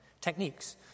techniques